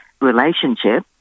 relationship